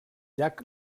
llac